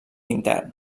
intern